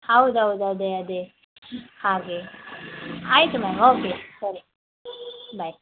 ಹೌದು ಹೌದು ಅದೇ ಅದೇ ಹಾಗೇ ಆಯಿತು ಮ್ಯಾಮ್ ಓಕೆ ಸರಿ ಬಾಯ್